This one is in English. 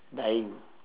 dying